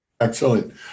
Excellent